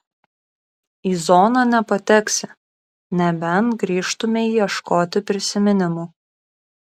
į zoną nepateksi nebent grįžtumei ieškoti prisiminimų